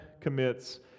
commits